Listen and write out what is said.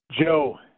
Joe